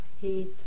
heat